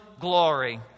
glory